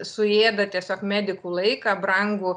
suėda tiesiog medikų laiką brangų